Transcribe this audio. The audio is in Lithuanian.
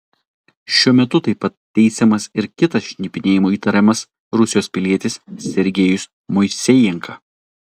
šiuo metu taip pat teisiamas ir kitas šnipinėjimu įtariamas rusijos pilietis sergejus moisejenka